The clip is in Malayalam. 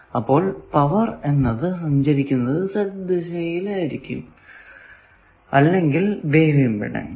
അപ്പോൾ പവർ എന്നത് സഞ്ചരിക്കുന്നത് Z ദിശയിലാണു പിന്നെ ഈ Zw ആണ് വേവ് ഇമ്പിഡൻസ്